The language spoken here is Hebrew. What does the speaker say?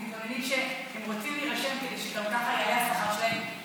הם רוצים להירשם כדי שככה יעלה השכר שלהם,